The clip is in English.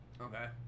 Okay